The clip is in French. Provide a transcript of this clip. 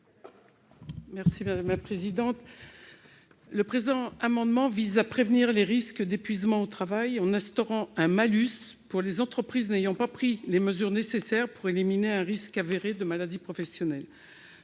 l'amendement n° 707 rectifié. Cet amendement vise à prévenir les risques d'épuisement au travail en instaurant un malus pour les entreprises n'ayant pas pris les mesures nécessaires pour éliminer un risque avéré de maladie professionnelle.